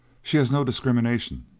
she has no discrimination,